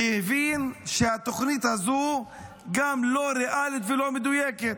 הבין שהתוכנית הזו גם לא ריאלית ולא מדויקת.